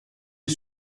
est